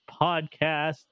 podcast